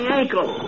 ankle